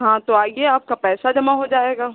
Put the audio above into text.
हाँ तो आइए आपका पैसा जमा हो जाएगा